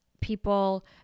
people